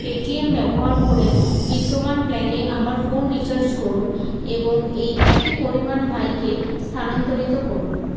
Paytm ব্যবহার করে বিদ্যমান প্ল্যানে আমার ফোন রিচার্জ করুন এবং এই একই পরিমাণ ভাইকে স্থানান্তরিত করুন